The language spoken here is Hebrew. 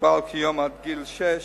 המוגבל כיום עד גיל שש,